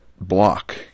block